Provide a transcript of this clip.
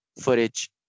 footage